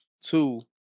Two